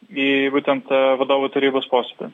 į būtent vadovų tarybos posėdį